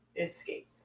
escape